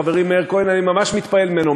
חברי מאיר כהן, אני ממש מתפעל ממנו.